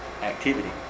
activity